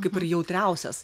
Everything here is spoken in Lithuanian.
kaip ir jautriausias